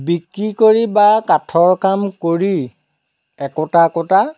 বিক্ৰী কৰি বা কাঠৰ কাম কৰি একোটা একোটা